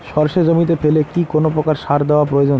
সর্ষে জমিতে ফেলে কি কোন প্রকার সার দেওয়া প্রয়োজন?